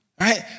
Right